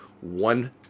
one